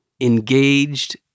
engaged